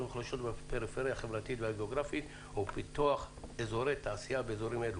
ומוחלשות בפריפריה החברתית והגיאוגרפית ופיתוח אזורי תעשייה באזורים אלו.